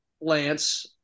Lance